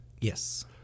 Yes